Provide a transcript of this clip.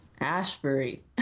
Ashbury